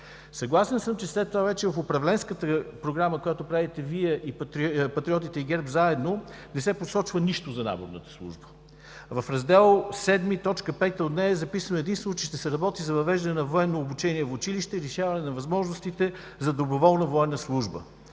Съгласен съм, че след това вече в управленската Програма, която правите Вие – Патриотите и ГЕРБ заедно, не се посочва нищо за наборната служба. В Раздел VII, т. 5 от нея е записано единствено, че ще се работи за въвеждане на военно обучение в училище и увеличаване на възможностите за доброволна военна служба.